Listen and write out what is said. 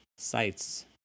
sites